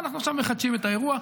ואנחנו עכשיו מחדשים את האירוע.